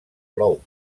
plou